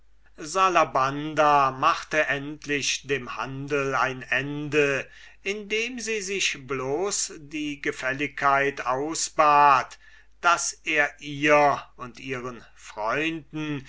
machte endlich dem handel ein ende indem sie sich bloß die gefälligkeit ausbat daß er ihr und ihren freunden